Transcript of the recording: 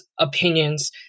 opinions